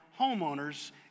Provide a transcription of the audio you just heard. homeowners